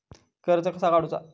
कर्ज कसा काडूचा?